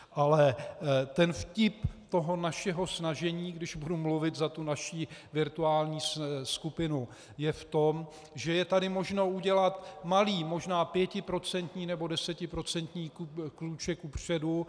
Ale ten vtip našeho snažení, když budu mluvit za tu naši virtuální skupinu, je v tom, že je tady možno udělat malý, možná pětiprocentní nebo desetiprocentní krůček kupředu.